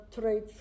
trade